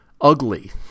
ugly